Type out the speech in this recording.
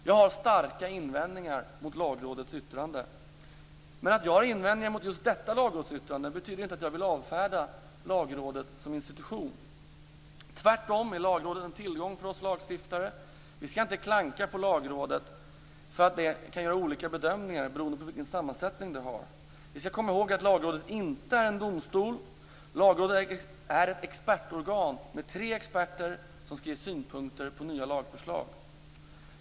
Jag har starka invändningar mot Lagrådets yttranden men att jag har invändningar mot just detta lagrådsyttrande betyder inte att jag vill avfärda Lagrådet som institution. Tvärtom är Lagrådet en tillgång för oss lagstiftare. Vi skall inte klanka på Lagrådet för att det kan göra olika bedömningar beroende på vilken sammansättning det har. Vi skall komma ihåg att Lagrådet inte är en domstol. Lagrådet är ett expertorgan med tre experter som skall ge synpunkter på nya lagförslag.